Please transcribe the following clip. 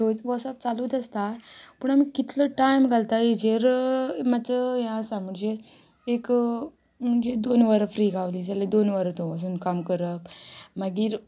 थंयच वसप चालूत आसता पूण आमी कितलो टायम घालता हेजेर मात्सो हें आसा म्हणजेर एक म्हणजे दोन वरां फ्री गावलीं जाल्या दोन वरां थंय वसोन काम करप मागीर